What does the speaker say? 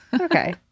Okay